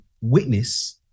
witness